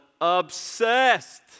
obsessed